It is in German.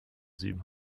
sieben